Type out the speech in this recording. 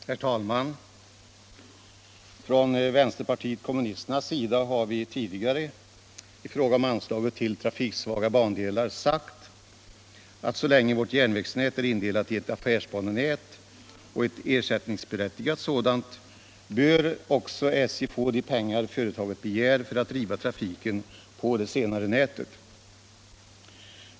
Herr talman! Från vänsterpartiet kommunisternas sida har vi tidigare i fråga om anslaget till trafiksvaga bandelar sagt att så länge vårt lands järnvägsnät är indelat i ett affärsbanenät och ett ersättningsberättigat Nr 89 nät, bör SJ också få de pengar företaget begär för att driva trafiken på Onsdagen den det senare nätet.